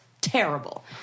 terrible